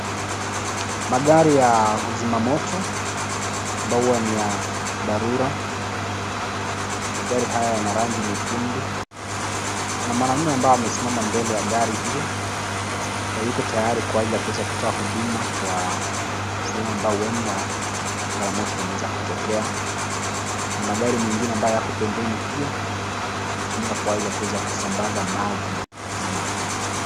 Magari ya kuzima moto ambayo huwa ni ya dharura . Magari haya yana rangi nyekundu . Kuna mwanaume ambaye amesimama mbele ya gari hio na yuko tayari kwa ajili ya kuweza kutoa huduma kwa sehemu ambayo huenda ajali ya moto imeweza kutokea . Kuna magari mengine ambayo yako pembeni pia, hutumiwa kwa hali ya kuweza kusambaza maji kuzima moto.